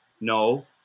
No